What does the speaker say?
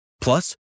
Plus